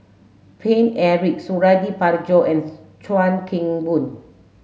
Paine Eric Suradi Parjo and Chuan Keng Boon